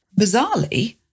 Bizarrely